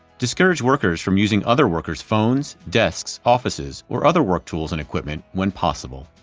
discourage workers' from using other workers phones, desks, offices or other work tools and equipment, when possible.